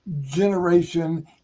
generation